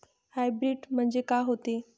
Hybrid म्हनजे का होते?